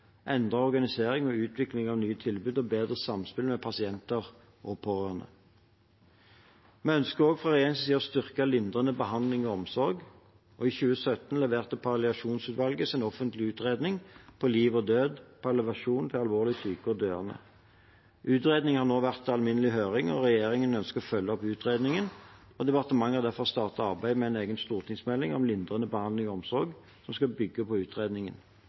organisering og utvikling av nye tilbud og bedre samspill med pasienter og pårørende. Vi ønsker fra regjeringens side å styrke lindrende behandling og omsorg. I 2017 leverte palliasjonsutvalget sin offentlige utredning, «På liv og død. Palliasjon til alvorlig syke og døende.» Utredningen har vært til alminnelig høring. Regjeringen ønsker å følge opp utredningen, og departementet har derfor startet arbeidet med en stortingsmelding om lindrende behandling og omsorg, som skal bygge på utredningen.